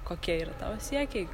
kokie yra tavo siekiai